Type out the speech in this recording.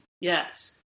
Yes